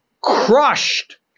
crushed